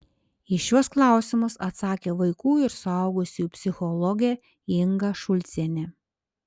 į šiuos klausimus atsakė vaikų ir suaugusiųjų psichologė inga šulcienė